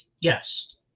Yes